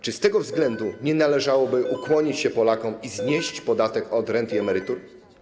Czy z tego względu nie należałoby ukłonić się Polakom i znieść podatek od rent i emerytur?